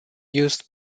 used